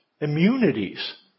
immunities